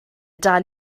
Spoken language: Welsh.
dal